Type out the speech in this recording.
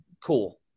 Cool